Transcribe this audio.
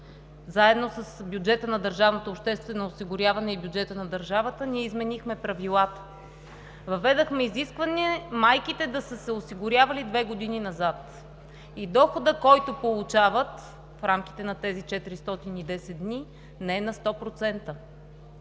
заедно с бюджета на държавното обществено осигуряване и бюджета на държавата ние изменихме правилата – въведохме изисквания майките да са се осигурявали две години назад и доходът, който получават в рамките на тези 410 дни, не е на сто